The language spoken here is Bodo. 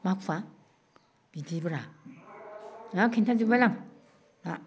माखुवा बिदिब्रा आ खोन्थाजोबबायलै आं दा